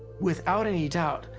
without any doubt,